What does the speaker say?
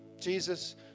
Jesus